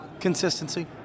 Consistency